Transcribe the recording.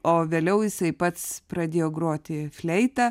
o vėliau jisai pats pradėjo groti fleita